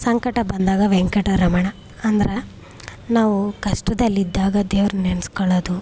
ಸಂಕಟ ಬಂದಾಗ ವೆಂಕಟರಮಣ ಅಂದ್ರೆ ನಾವು ಕಷ್ಟದಲ್ಲಿದ್ದಾಗ ದೇವ್ರನ್ನ ನೆನ್ಸ್ಕಳ್ಳದು